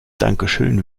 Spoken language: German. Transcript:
dankeschön